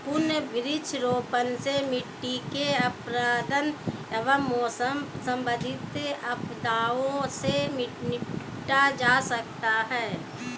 पुनः वृक्षारोपण से मिट्टी के अपरदन एवं मौसम संबंधित आपदाओं से निपटा जा सकता है